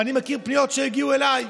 ואני מכיר מפניות שהגיעו אליי,